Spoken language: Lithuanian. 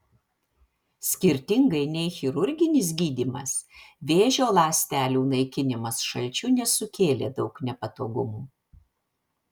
skirtingai nei chirurginis gydymas vėžio ląstelių naikinimas šalčiu nesukėlė daug nepatogumų